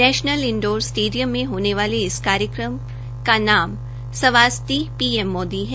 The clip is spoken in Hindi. नैशनल इनडोर स्टेडियम में होने वाले इस कार्यक्रम का नाम सावास्दी पीएम मोदी हैं